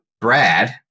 Brad